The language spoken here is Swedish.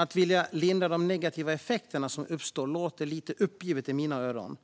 Att vilja lindra de negativa effekter som uppstår låter lite uppgivet i mina öron.